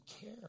care